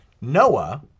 Noah